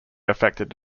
affected